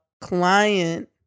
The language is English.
client